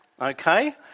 Okay